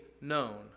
known